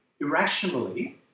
irrationally